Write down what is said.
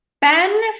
Ben